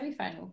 semifinal